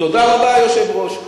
תודה רבה, היושב-ראש.